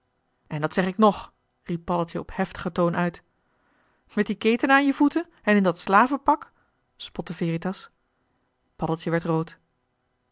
en dat zeg ik nog riep paddeltje op heftigen toon uit met die ketenen aan je voeten en in dat slavenpak spotte veritas paddeltje werd rood